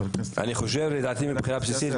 אני חושב שמבחינת בסיסית,